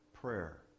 prayer